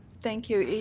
thank you.